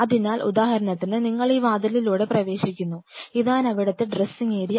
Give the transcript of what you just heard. അതിനാൽ ഉദാഹരണത്തിന് നിങ്ങൾ ഈ വാതിലിലൂടെ പ്രവേശിക്കുന്നു ഇതാണവിടത്തെ ഡ്രസ്സിംഗ് ഏരിയ